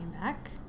back